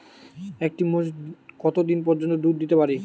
একটি মোষ কত দিন পর্যন্ত দুধ দিতে পারে?